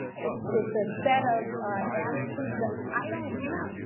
it's it's a set of attitudes that i don't have,